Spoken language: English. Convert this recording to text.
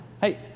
Hey